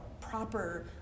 proper